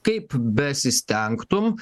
kaip besistengtum